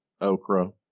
okra